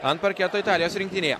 ant parketo italijos rinktinėje